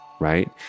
right